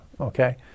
Okay